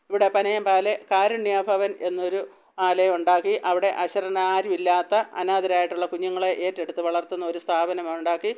ഇവിടെ പനയം പാല് കാരുണ്യഭവൻ എന്നൊരു ആലയം ഉണ്ടാക്കി അവിടെ അശരണാരുമില്ലാത്ത അനാഥരായിട്ടുള്ള കുഞ്ഞുങ്ങളെ ഏറ്റെടുത്തു വളർത്തുന്ന ഒരു സ്ഥാപനം ഉണ്ടാക്കി